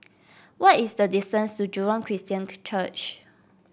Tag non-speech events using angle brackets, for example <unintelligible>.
what is the distance to Jurong Christian <unintelligible> Church